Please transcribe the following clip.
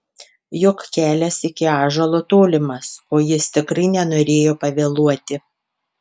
juk kelias iki ąžuolo tolimas o jis tikrai nenorėjo pavėluoti